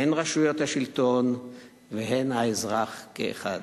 הן רשויות השלטון והן האזרח, כאחד.